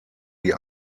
die